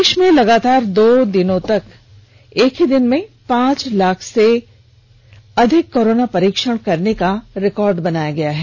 देश में लगातार दो दिनों तक एक ही दिन में पांच लाख से अधिक कोरोना परीक्षण करने का रिकॉर्ड बनाया गया है